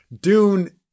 Dune